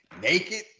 naked